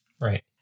Right